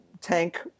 tank